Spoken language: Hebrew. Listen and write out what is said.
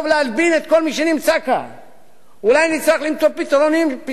אולי נצטרך למצוא פתרונות של שחלוף מול עובדים זרים אחרים.